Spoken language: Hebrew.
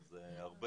יש לי הרבה